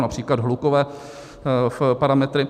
Například hlukové parametry atd.